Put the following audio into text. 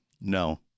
No